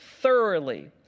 thoroughly